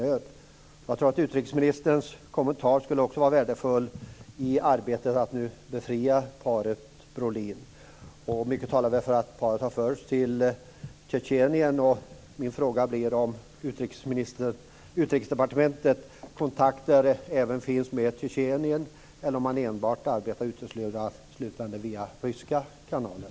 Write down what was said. Jag tror också att utrikesministerns kommentar skulle vara värdefull i arbetet att nu befria paret Brolin. Mycket talar väl för att paret har förts till Tjetjenien. Min fråga är om Utrikesdepartementet även har kontakter med Tjetjenien eller om man enbart arbetar uteslutande via ryska kanaler.